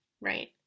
right